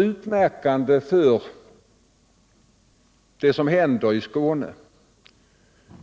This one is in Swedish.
Utmärkande för vad som händer i Skåne